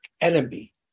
enemy